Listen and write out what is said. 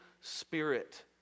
spirit